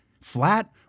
flat